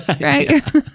right